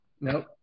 Nope